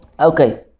okay